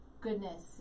goodness